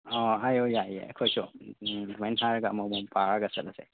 ꯑꯣ ꯍꯥꯏꯑꯣ ꯌꯥꯏꯑꯦ ꯑꯩꯈꯣꯏꯁꯨ ꯁꯨꯃꯥꯏꯅ ꯍꯥꯏꯔꯒ ꯑꯃꯃꯝ ꯄꯥꯔꯒ ꯆꯠꯂꯁꯦ